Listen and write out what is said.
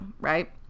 right